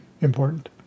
important